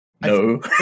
no